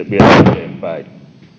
eteenpäin